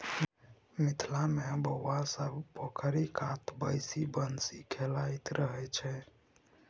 मिथिला मे बौआ सब पोखरि कात बैसि बंसी खेलाइत रहय छै